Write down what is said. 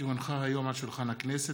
כי הונחה היום על שולחן הכנסת,